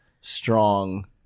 strong